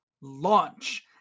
launch